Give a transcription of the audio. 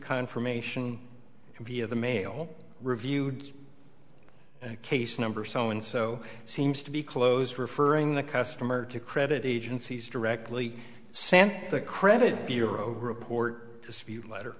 confirmation via the mail reviewed case number so and so seems to be closed referring the customer to credit agencies directly samp the credit bureau report dispute letter